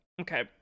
okay